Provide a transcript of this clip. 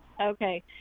okay